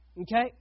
Okay